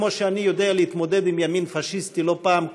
כמו שאני יודע להתמודד עם ימין פאשיסטי לא פעם,